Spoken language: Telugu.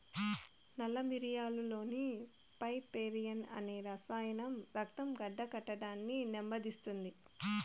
నల్ల మిరియాలులోని పైపెరిన్ అనే రసాయనం రక్తం గడ్డకట్టడాన్ని నెమ్మదిస్తుంది